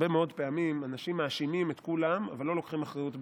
הרבה מאוד פעמים אנשים מאשימים את כולם אבל לא לוקחים אחריות בעצמם.